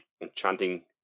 enchanting